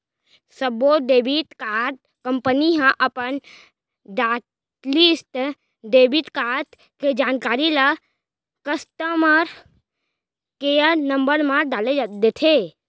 सब्बो debit card company ह अपन हॉटलिस्ट डेबिट कारड के जानकारी ल कस्टमर केयर नंबर म डाल देथे